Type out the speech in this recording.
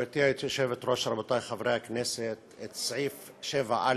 גברתי היושבת-ראש, רבותי חברי הכנסת, את סעיף 7א